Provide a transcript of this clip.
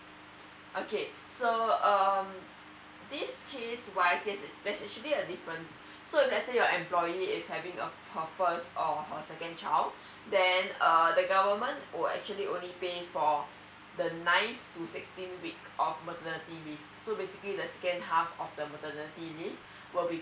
okay so um this case wise yes there's actually a difference so if let's say your employee is having uh her first or her second child then um the government will actually only pay for the nine to sixteen week of maternity leave so basically the second half of the maternity leave will be